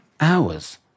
hours